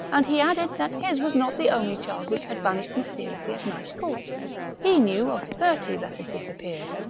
and he added that his was not the only child which had vanished mysteriously at machecoul. he knew of thirty that had disappeared.